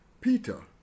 Peter